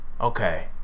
okay